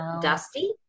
Dusty